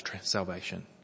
salvation